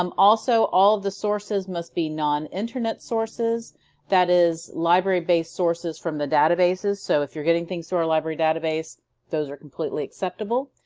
um also all the sources must be non internet sources that is library based sources from the databases so if you're getting things through our library database those are completely acceptable.